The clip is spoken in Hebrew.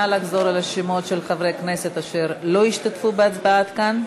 נא לחזור על השמות של חברי הכנסת אשר לא השתתפו בהצבעה כאן.